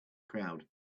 crowd